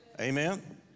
Amen